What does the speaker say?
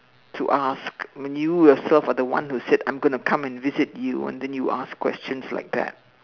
to ask when you yourself are the one who said I'm going to come and visit you and then you ask questions like that